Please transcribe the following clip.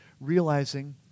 Realizing